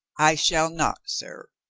i shall not, sir,